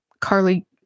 Carly